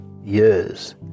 years